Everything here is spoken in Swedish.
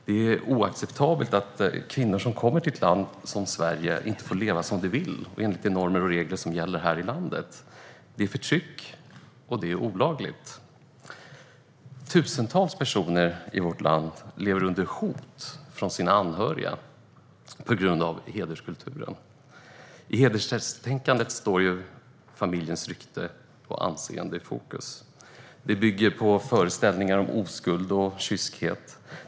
Det är oacceptabelt att kvinnor som kommer till ett land som Sverige inte får leva som de vill och i enlighet med de normer och regler som gäller här i landet. Det är förtryck, och det är olagligt. Tusentals personer i vårt land lever under hot från sina anhöriga på grund av hederskulturen. I hederstänkandet står familjens rykte och anseende i fokus. Det bygger på föreställningar om oskuld och kyskhet.